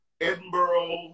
Edinburgh